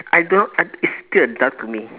I don't I it's still a duck to me